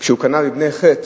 כשהוא קנה מבני חת